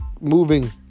moving